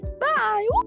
Bye